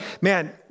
man